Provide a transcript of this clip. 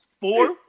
Four